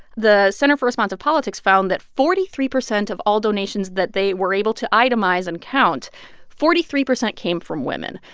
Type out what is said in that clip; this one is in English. the center for responsive politics found that forty three percent of all donations that they were able to itemize and count forty three percent came from women,